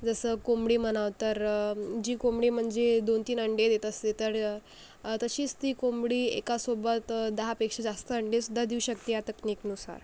जसं कोंबडी म्हणावं तर जी कोंबडी म्हणजे दोन तीन अंडे देत असते तर तशीच ती कोंबडी एका सोबत दहापेक्षा जास्त अंडेसुद्धा देऊ शकते या तक्निकनुसार